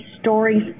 stories